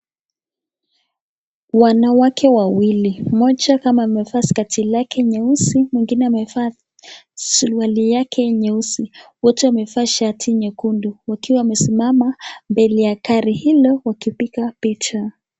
Wanawake wawilim mmoja kama amevaa skati lake nyeusi, mwingine amevaa suruali yake nyeusi. Wote wamevaa shati nyekundu wakiwa wamesimama mbele ya gari hilo wakipiga picha.